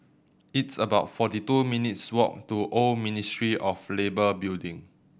it's about forty two minutes' walk to Old Ministry of Labour Building